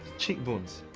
cheekbones.